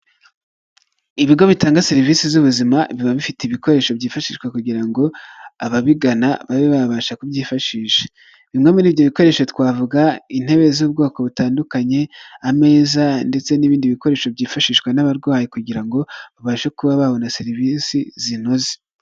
Ibigo bitanga serivisi z'ubuzima, biba bifite ibikoresho byifashishwa kugira ngo ababigana babe babasha kubyifashisha, bimwe muri ibyo bikoresho twavuga intebe z'ubwoko butandukanye, ameza ndetse n'ibindi bikoresho byifashishwa n'abarwayi kugira ngo babashe kuba babona serivisi zinoze.